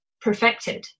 perfected